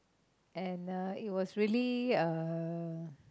and uh it was really uh